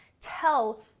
tell